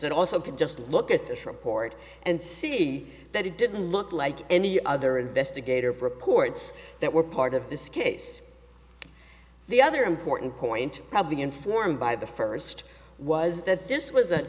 and also could just look at this report and see that it didn't look like any other investigative reports that were part of this case the other important point probably in stormed by the first was that this was an